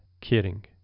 kidding